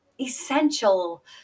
essential